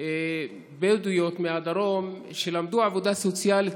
בדואיות מהדרום שלמדו עבודה סוציאלית,